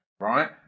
right